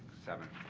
seven.